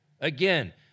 Again